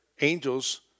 angels